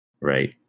Right